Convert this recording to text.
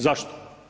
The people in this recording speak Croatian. Zašto?